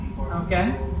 Okay